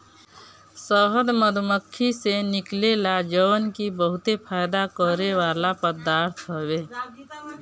शहद मधुमक्खी से निकलेला जवन की बहुते फायदा करेवाला पदार्थ हवे